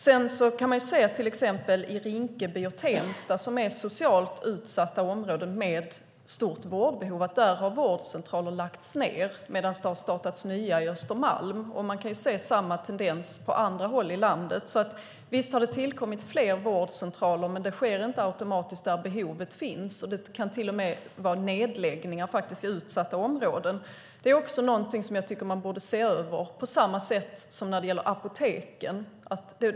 I till exempel Rinkeby och Tensta, som är socialt utsatta områden med stort vårdbehov, har vårdcentraler lagts ned, medan det har startats nya på Östermalm. Man kan se samma tendens på andra håll i landet. Visst har det tillkommit fler vårdcentraler, men det sker inte automatiskt där behovet finns. Det kan till och med ske nedläggningar i utsatta områden. Detta tycker jag att man borde se över, på samma sätt som när det gäller apoteken.